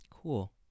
Cool